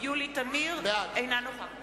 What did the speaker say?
יולי תמיר, אינה נוכחת